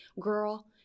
Girl